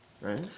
Right